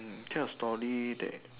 mm kind of story that